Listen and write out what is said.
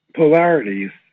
polarities